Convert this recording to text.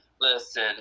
listen